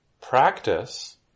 practice